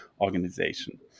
organization